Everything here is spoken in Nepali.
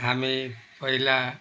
हामी पहिला